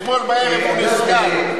אתמול בערב הוא נזכר.